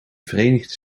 verenigde